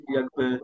jakby